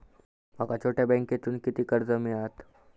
माका छोट्या बँकेतून किती कर्ज मिळात?